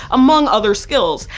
among other skills.